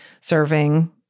serving